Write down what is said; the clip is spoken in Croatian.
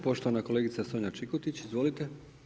Poštovana kolegica Sonja Čikotić, izvolite.